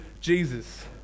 Jesus